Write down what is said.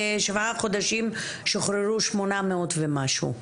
בשבעה חודשים שוחררו שמונה מאות ומשהו.